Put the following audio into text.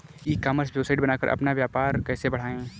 ई commerce website बनाकर अपना व्यापार कैसे बढ़ाएँ?